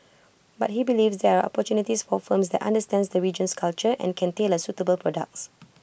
but he believes there are opportunities for firms that understands the region's culture and can tailor suitable products